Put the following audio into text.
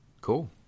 cool